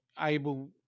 able